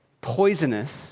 poisonous